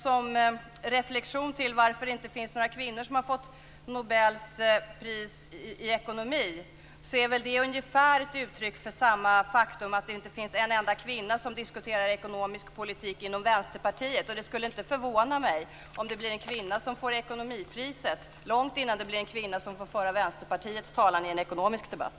Som reflexion till varför det inte finns några kvinnor som har fått nobelpriset i ekonomi, vill jag säga att det är ett uttryck för ungefär samma faktum som att det inte finns en enda kvinna som diskuterar ekonomisk politik inom Vänsterpartiet. Och det skulle inte förvåna mig om det blir en kvinna som får ekonomipriset långt innan det blir en kvinna som får föra Vänsterpartiets talan i en ekonomisk debatt.